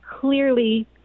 clearly